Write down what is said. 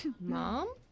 Mom